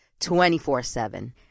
24-7